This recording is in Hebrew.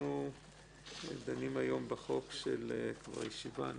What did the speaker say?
אנחנו דנים כבר ישיבה רביעית,